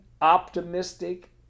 optimistic